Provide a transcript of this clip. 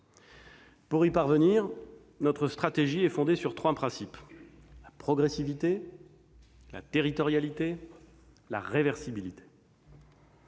Pour y parvenir, notre stratégie est fondée sur trois principes : la progressivité, la territorialité, la réversibilité.